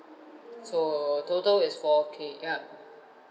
so total is four K yup